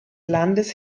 landes